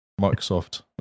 Microsoft